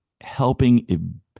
Helping